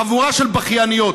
חבורה של בכייניות.